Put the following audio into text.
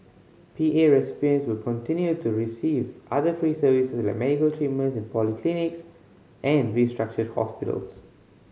P A recipients will continue to receive other free services like medical treatment in polyclinics and restructured hospitals